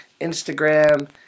Instagram